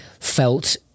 felt